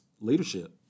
leadership